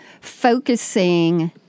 focusing